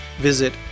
visit